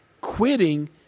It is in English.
quitting